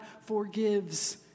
forgives